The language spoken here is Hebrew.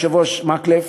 היושב-ראש מקלב,